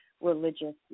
religious